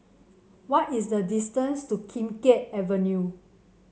what is the distance to Kim Keat Avenue